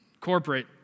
corporate